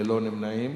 ללא נמנעים.